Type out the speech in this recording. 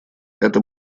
это